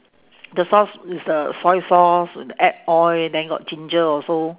the sauce is the soy sauce add oil then got ginger also